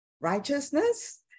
righteousness